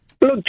Look